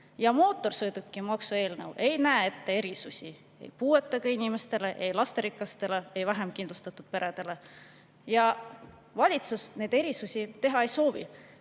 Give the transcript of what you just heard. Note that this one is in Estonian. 28. Mootorsõidukimaksu eelnõu ei näe ette erisusi ei puuetega inimestele, ei lasterikastele peredele ega ka vähem kindlustatud peredele. Valitsus neid erisusi teha ei soovi.